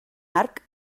arc